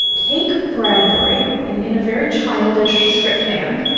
take bradbury. in in a very childish script hand,